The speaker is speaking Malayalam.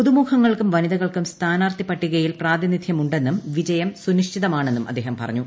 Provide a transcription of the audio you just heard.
പുതുമുഖങ്ങൾക്കും വനിതകൾക്കും സ്ഥാനാർത്ഥി പട്ടികയിൽ പ്രാതിനിധൃമുണ്ടെന്നും വിജയം സുനിശ്ചിതമാണെന്നും അദ്ദേഹം പറഞ്ഞു